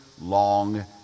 long